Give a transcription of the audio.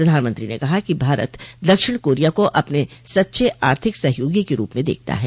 प्रधानमंत्री ने कहा कि भारत दक्षिण कारिया को अपने सच्चे आर्थिक सहयोगी के रूप में देखता है